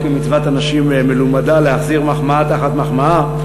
לא כמצוות אנשים מלומדה להחזיר מחמאה תחת מחמאה,